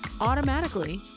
automatically